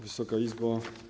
Wysoka Izbo!